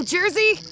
Jersey